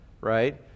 right